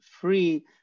free